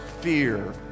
fear